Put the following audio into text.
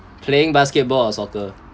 playing basketball or soccer